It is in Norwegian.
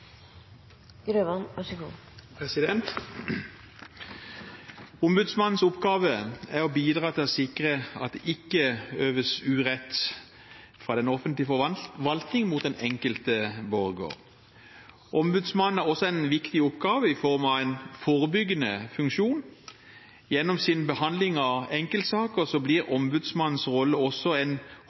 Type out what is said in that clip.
betryggende, og så får vi høre hva han har å si når han kommer på talerstolen. Sivilombudsmannens oppgave er å bidra til å sikre at det ikke øves urett fra den offentlige forvaltning mot den enkelte borger. Ombudsmannen har også en viktig oppgave i form av en forebyggende funksjon. Gjennom sin behandling av enkeltsaker blir ombudsmannens rolle av en